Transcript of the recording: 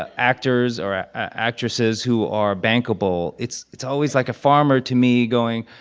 ah actors or actresses who are bankable, it's it's always like a farmer to me going,